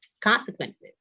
consequences